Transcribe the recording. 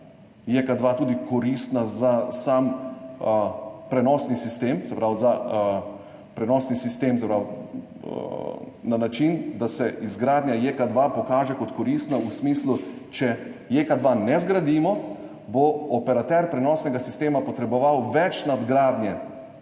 JEK2 tudi koristna za sam prenosni sistem. Se pravi za prenosni sistem na način, da se izgradnja JEK2 pokaže kot koristna v smislu, da če JEK2 ne zgradimo, bo operater prenosnega sistema potreboval več nadgradnje